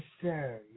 sir